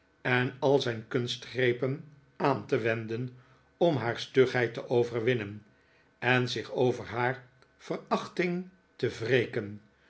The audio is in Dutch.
en al zijn kunstgrepen aan te wenden om haar stugheid te overwinnen en zich over haar verachting te